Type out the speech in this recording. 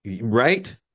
right